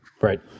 Right